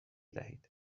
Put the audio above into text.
دهید